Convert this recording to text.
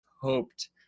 hoped